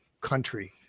country